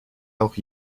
auch